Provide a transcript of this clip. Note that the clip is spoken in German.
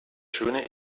schöne